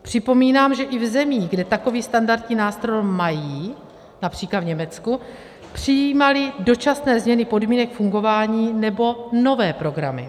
Připomínám, že i v zemích, kde takový standardní nástroj mají, například v Německu, přijímali dočasné změny podmínek fungování nebo nové programy.